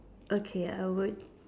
okay I would